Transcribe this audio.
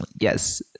yes